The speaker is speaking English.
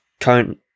Current